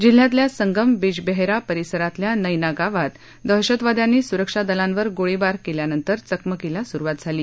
जिल्ह्यातल्या संगम बिजबेहरा परिसरातल्या नयना गावात दहशतवाद्यांनी सुरक्षा दलांवर गोळीबार केल्यावर चकमकीला सुरुवात झाली